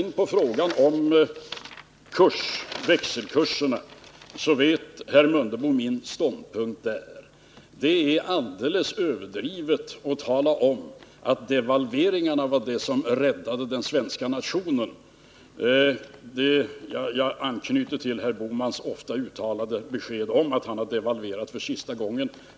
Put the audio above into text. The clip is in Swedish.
Vad gäller frågan om växelkurserna känner herr Mundebo till min ståndpunkt. Det är alldeles överdrivet att tala om att devalveringarna var det som räddade den svenska nationen. Jag anknyter till herr Bohmans ofta uttalade besked att han har devalverat för sista gången.